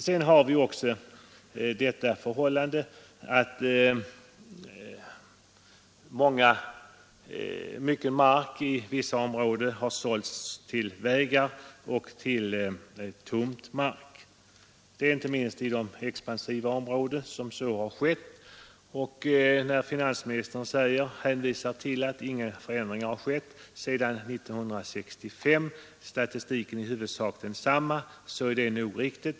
Sedan föreligger också det förhållandet att mycket mark i vissa områden har sålts till vägar och till tomtmark. Det har skett inte minst i de expansiva områdena. Finansministern anför att inga förändringar har skett beträffande redovisningen av statistiken sedan 1965 och att underlaget för den har ansetts representativt. Det är nog riktigt.